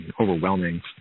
overwhelming